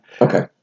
Okay